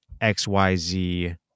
XYZ